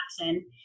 action